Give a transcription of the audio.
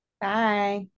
Bye